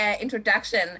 introduction